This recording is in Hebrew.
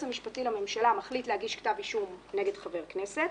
המשפטי לממשלה מחליט להגיש כתב אישום נגד חבר הכנסת.